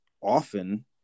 often